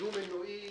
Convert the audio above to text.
דו מנועי,